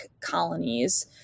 colonies